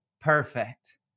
perfect